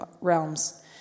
realms